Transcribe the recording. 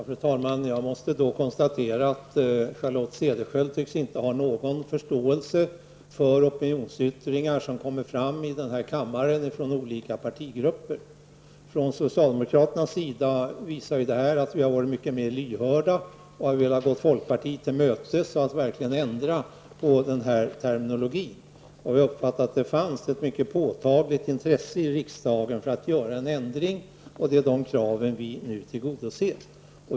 Fru talman! Jag måste då konstatera att Charlotte Cederschiöld inte tycks ha någon förståelse för opinionsyttringar som kommer fram i denna kammare från olika partigrupper. Socialdemokraternas ställningstagande visar att vi varit mycket mer lyhörda och velat gå folkpartiet till mötes genom att gå med på en ändring av den här terminologin. Vi har uppfattat det så, att det finns ett mycket påtagligt intresse i riksdagen att göra en ändring. Det är detta intresse vi nu tillgodoser.